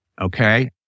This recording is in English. okay